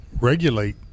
regulate